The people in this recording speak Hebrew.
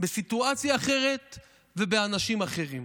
בסיטואציה אחרת ובאנשים אחרים.